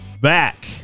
back